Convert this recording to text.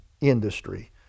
industry